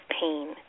pain